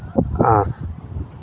ᱟᱸᱥ